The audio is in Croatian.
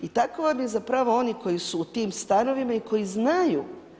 I tako vam je zapravo oni koji su u tim stanovima i koji znaju.